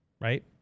right